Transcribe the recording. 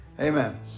Amen